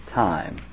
time